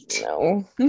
No